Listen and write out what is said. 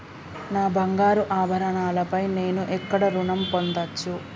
నా బంగారు ఆభరణాలపై నేను ఎక్కడ రుణం పొందచ్చు?